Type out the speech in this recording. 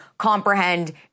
comprehend